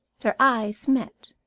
their eyes met.